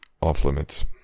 off-limits